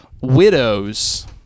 widows